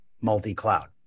multi-cloud